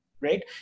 Right